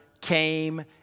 came